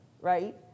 right